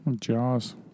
Jaws